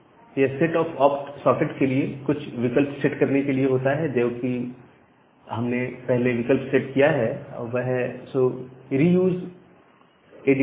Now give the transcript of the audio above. यह set sock opt socket के लिए कुछ विकल्प सेट करने के लिए होता है जैसे यह जो हमने विकल्प सेट किया है वह है सो रीयूज एडीटीआर